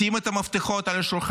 שים את המפתחות על השולחן,